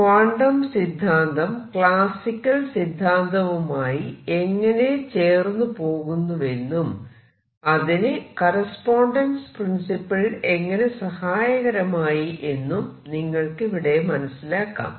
quantum സിദ്ധാന്തം classical സിദ്ധാന്തവുമായി എങ്ങനെ ചേർന്നുപോകുന്നുവെന്നും അതിന് കറസ്പോണ്ടൻസ് പ്രിൻസിപ്പിൾ എങ്ങനെ സഹായകരമായി എന്നും നിങ്ങൾക്ക് ഇവിടെ മനസിലാക്കാം